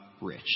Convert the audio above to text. rich